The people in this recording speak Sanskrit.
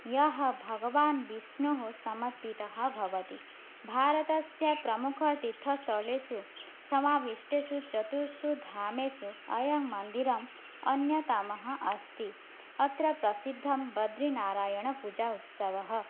यः भगवान् विष्णुः समर्पितः भवति भारतस्य प्रमुखतीर्थस्थलेषु समाविष्टेषु चतुर्षु धामसु अयं मन्दिरम् अन्यतमः अस्ति अत्र प्रसिद्धं बद्रिनारायणपूजा उत्सवः